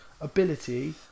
ability